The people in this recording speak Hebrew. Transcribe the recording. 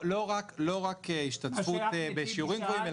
לא רק השתתפות בשיעורים גבוהים,